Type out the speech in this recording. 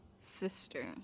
sister